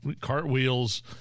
cartwheels